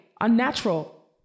unnatural